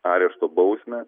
arešto bausmę